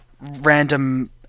Random